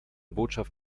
botschaft